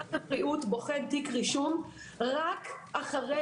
משרד הבריאות בוחן תיק רישום רק אחרי